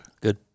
Good